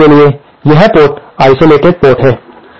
इस पोर्ट के लिए यह पोर्ट आइसोलेटेड पोर्ट है